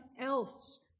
else